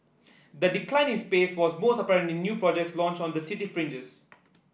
the decline in space was most apparent in new projects launched on the city fringes